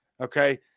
okay